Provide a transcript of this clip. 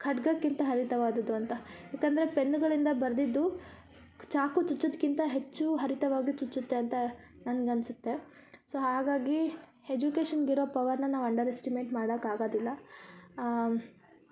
ಖಡ್ಗಕಿಂತ ಹರಿತವಾದದು ಅಂತ ಯಾಕಂದರೆ ಪೆನ್ಗಳಿಂದ ಬರ್ದಿದ್ದು ಚಾಕು ಚುಚ್ಚದ್ಕಿಂತ ಹೆಚ್ಚು ಹರಿತವಾಗಿ ಚುಚ್ಚತ್ತೆ ಅಂತ ನನ್ಗ ಅನ್ಸತ್ತೆ ಸೊ ಹಾಗಾಗಿ ಎಜುಕೇಶನ್ಗ ಇರೊ ಪವರ್ನ ನಾವು ಅಂಡರೆಸ್ಟಿಮೇಟ್ ಮಾಡಕ್ಕಾಗದಿಲ್ಲ